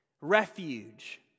refuge